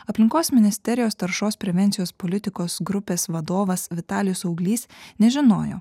aplinkos ministerijos taršos prevencijos politikos grupės vadovas vitalijus auglys nežinojo